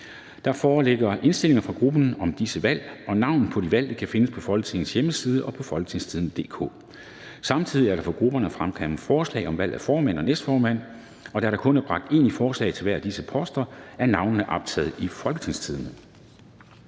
Der foreligger indstilling fra grupperne om disse valg. Navnene på de valgte kan findes på Folketingets hjemmeside og på www.folketingstidende.dk (jf. nedenfor). Samtidig er der fra grupperne fremkommet forslag om valg af formand og næstformand. Der er kun bragt én i forslag til hver af disse poster, og navnene er optaget på www.folketingstidende.dk.